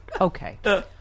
Okay